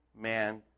man